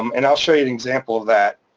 um and i'll show you an example of that